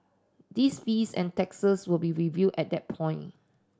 these fees and taxes will be reviewed at that point